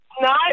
No